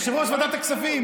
יושב-ראש ועדת הכספים.